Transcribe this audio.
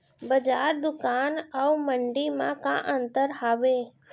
बजार, दुकान अऊ मंडी मा का अंतर हावे?